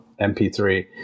MP3